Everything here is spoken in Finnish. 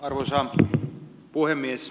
arvoisa puhemies